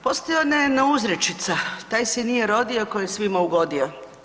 Postoji ona jedna uzrečica „taj se nije rodio koji je svima ugodio“